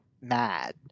mad